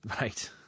Right